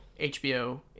HBO